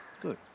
Good